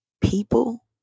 people